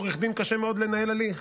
ללא עורך דין קשה מאוד לנהל הליך.